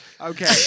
Okay